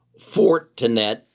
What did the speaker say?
Fortinet